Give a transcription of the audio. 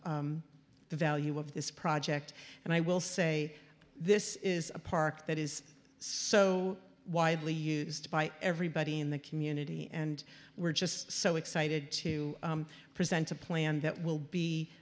the value of this project and i will say this is a park that is so widely used by everybody in the community and we're just so excited to present a plan that will be